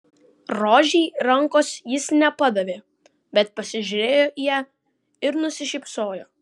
rožei rankos jis nepadavė bet pasižiūrėjo į ją ir nusišypsojo